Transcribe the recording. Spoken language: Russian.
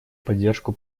поддержку